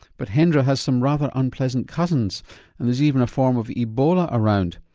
but hendra has some rather unpleasant cousins and there's even a form of ebola around.